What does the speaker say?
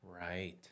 Right